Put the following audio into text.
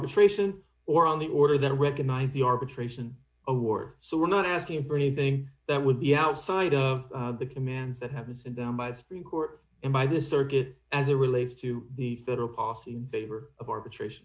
participation or on the order then recognize the arbitration award so we're not asking for anything that would be outside of the commands that have to sit down by the supreme court and by the circuit as it relates to the federal policy in favor of arbitration